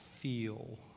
feel